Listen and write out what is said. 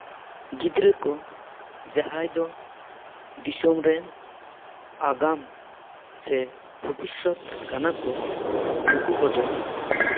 ᱜᱤᱫᱽᱨᱟᱹ ᱠᱚ ᱡᱟᱦᱟᱸᱭ ᱫᱚ ᱫᱤᱥᱚᱢ ᱨᱮᱱ ᱟᱜᱟᱢ ᱥᱮ ᱵᱷᱚᱵᱤᱥᱥᱚᱛ ᱠᱟᱱᱟ ᱠᱚ ᱱᱩᱠᱩ ᱠᱚᱫᱚ